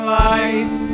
life